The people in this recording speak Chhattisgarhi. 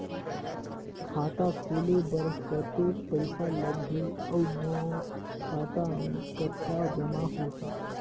खाता खोले बर कतेक पइसा लगही? अउ मोर खाता मे कतका जमा होही?